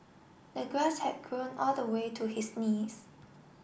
the grass had grown all the way to his knees